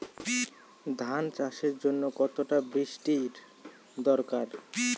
ধান চাষের জন্য কতটা বৃষ্টির দরকার?